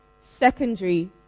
Secondary